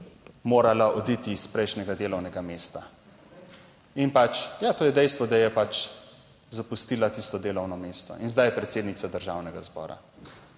morala oditi s prejšnjega delovnega mesta. In to je dejstvo, da je pač zapustila tisto delovno mesto in je zdaj predsednica Državnega zbora;